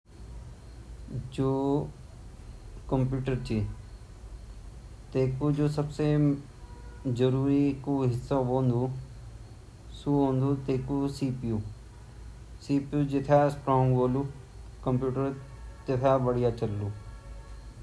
येमा सबसे पेहली ता वेगु मॉनिटर वोंदु फिर वेगा बाद वेमा कीपैड वोन अर कीपैडआ आलावा वेमा सी. पी.यू वोंदु, सी. पी. यू वेई अर मैन मैन ता वे अर या अर फिर माउस भी वन अर मैन मैन ता कम्पूटरा इतिगे पार्ट वोन्दा।